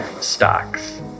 stocks